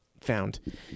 found